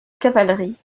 cavalerie